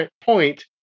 point